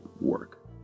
work